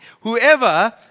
Whoever